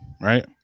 right